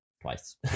twice